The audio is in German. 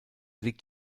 liegt